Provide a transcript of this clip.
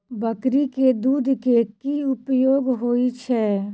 बकरी केँ दुध केँ की उपयोग होइ छै?